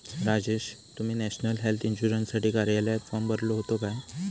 राजेश, तुम्ही national health इन्शुरन्ससाठी कार्यालयात फॉर्म भरलो होतो काय?